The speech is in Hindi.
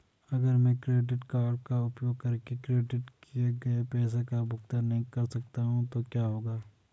अगर मैं क्रेडिट कार्ड का उपयोग करके क्रेडिट किए गए पैसे का भुगतान नहीं कर सकता तो क्या होगा?